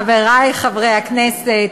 חברי חברי הכנסת,